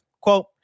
Quote